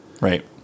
Right